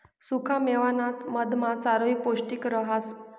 सुखा मेवाना मधमा चारोयी पौष्टिक रहास